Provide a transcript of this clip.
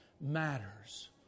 matters